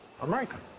American